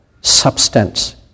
substance